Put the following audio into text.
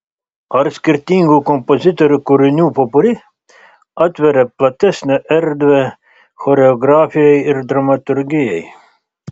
ar skirtingų kompozitorių kūrinių popuri atveria platesnę erdvę choreografijai ir dramaturgijai